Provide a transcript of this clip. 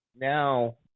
now